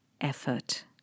Effort